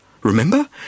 Remember